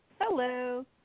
Hello